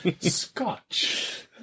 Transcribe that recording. scotch